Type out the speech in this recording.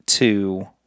Two